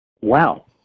wow